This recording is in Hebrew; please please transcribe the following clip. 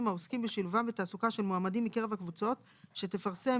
העוסקים בשילובם בתעסוקה של מועמדים מקרב הקבוצות שתפרסם